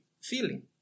feeling